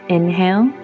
Inhale